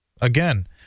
Again